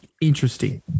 Interesting